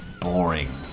boring